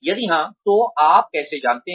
यदि हाँ तो आप कैसे जानते हैं